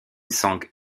sang